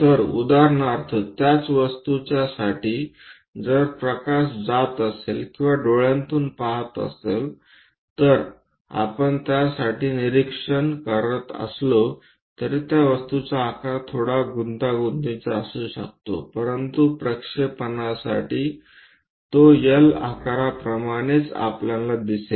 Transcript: तर उदाहरणार्थ त्याच वस्तूचासाठी जर प्रकाश जात असेल किंवा डोळ्यांतून पाहात असेल तर जर आपण यासाठी निरीक्षण करीत असलो तर त्या वस्तूचा आकार थोडा गुंतागुंतीचा असू शकतो परंतु प्रक्षेपणासाठी त्या एल आकाराप्रमाणेच आपल्याला दिसेल